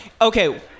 okay